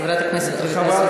חברת הכנסת רויטל סויד,